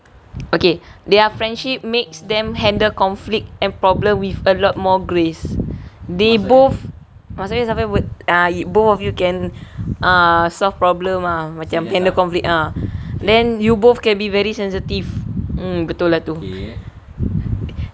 okay their friendship makes them handle conflict and problem with a lot more grace they both maksudnya ah both of you can err solve problem ah macam ah then you both can be very sensitive betul lah tu